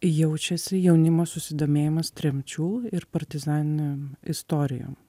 jaučiasi jaunimo susidomėjimas tremčių ir partizaninėm istorijom